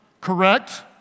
correct